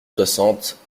soixante